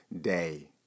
day